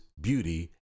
beauty